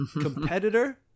competitor